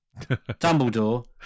Dumbledore